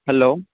hello